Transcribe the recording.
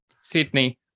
Sydney